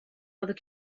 other